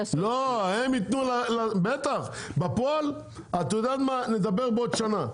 נדבר בעוד שנה,